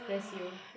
bless you